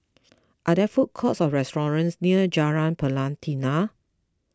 are there food courts or restaurants near Jalan Pelatina